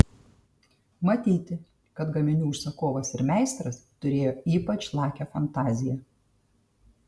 matyti kad gaminių užsakovas ir meistras turėjo ypač lakią fantaziją